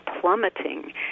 plummeting